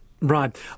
right